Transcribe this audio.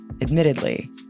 admittedly